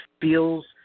feels –